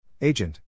Agent